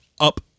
up